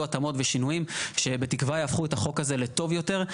התאמות ושינויים שבתקווה יהפכו את החוק הזה לטוב יותר.